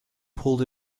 pulled